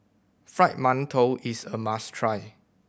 Fried Mantou is a must try